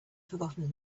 forgotten